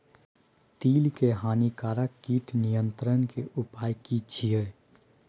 तिल के हानिकारक कीट नियंत्रण के उपाय की छिये?